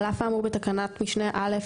על אף האמור בתקנת משנה (א),